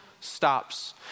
stops